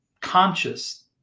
conscious